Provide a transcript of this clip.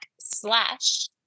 slash